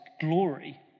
glory